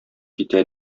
китә